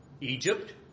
Egypt